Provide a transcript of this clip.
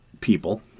people